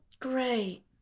Great